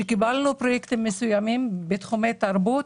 כשקיבלנו פרויקטים מסוימים בתחומי תרבות,